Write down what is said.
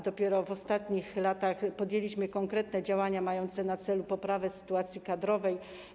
Dopiero w ostatnich latach podjęliśmy konkretne działania mające na celu poprawę sytuacji kadrowej.